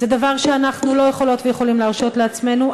זה דבר שאנחנו לא יכולות ויכולים להרשות לעצמנו.